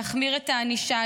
להחמיר את הענישה,